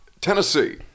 Tennessee